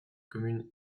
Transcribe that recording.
commune